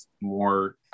more